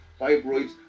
fibroids